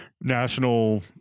national